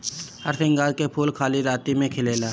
हरसिंगार के फूल खाली राती में खिलेला